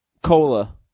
Cola